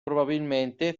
probabilmente